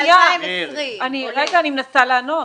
אני מנסה לענות.